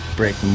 break